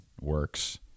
works